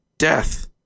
Death